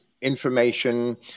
information